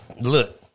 look